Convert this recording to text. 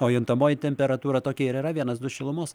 o juntamoji temperatūra tokia ir yra vienas du šilumos